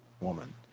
woman